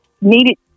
needed